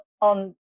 on